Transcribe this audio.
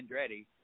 Andretti